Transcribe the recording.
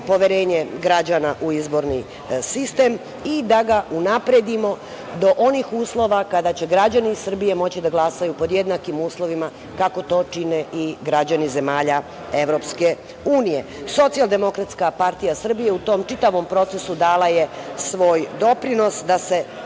poverenje građana u izborni sistem i da ga unapredimo do onih uslova kada će građani Srbije moći da glasaju pod jednakim uslovima kako to čine i građani zemalja EU.Socijaldemokratska partija Srbije u tom čitavom procesu dala je svoj doprinos da se